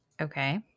okay